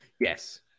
Yes